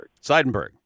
Seidenberg